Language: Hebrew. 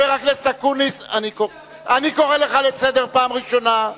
היא תקרא, אני קורא לך לסדר פעם ראשונה.